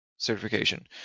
Certification